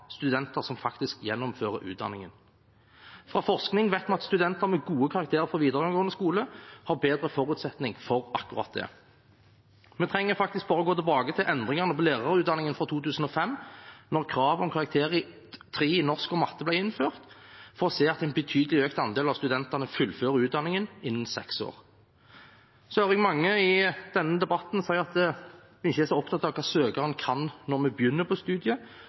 studenter som gjennomfører utdanningen. Fra forskning vet vi at studenter med gode karakterer på videregående skole har bedre forutsetning for akkurat det. Vi trenger bare å gå tilbake til endringene i lærerutdanningen fra 2005 da kravet om karakteren 3 i norsk og matte ble innført, for å se at en betydelig økt andel av studentene fullfører utdanningen innen seks år. Jeg hører mange i denne debatten si at en ikke er så opptatt av hva søkeren kan når de begynner på studiet.